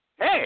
hey